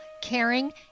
caring